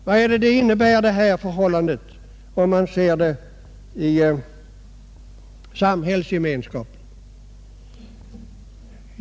Vad innebär det med hänsyn till samhällsgemenskapen?